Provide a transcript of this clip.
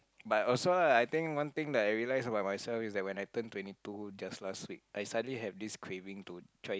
but also lah I think one thing that I realize about myself is that when I turned twenty two just last week I suddenly have this craving to try